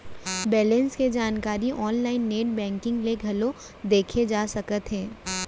balance के जानकारी online net banking ले घलौ देखे जा सकत हे